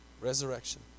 Resurrection